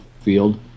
field